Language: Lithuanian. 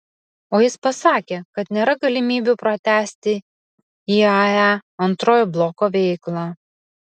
o jis pasakė kad nėra galimybių pratęsti iae antrojo bloko veiklą